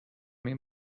این